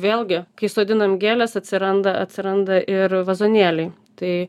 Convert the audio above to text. vėlgi kai sodinam gėles atsiranda atsiranda ir vazonėliai tai